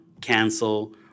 cancel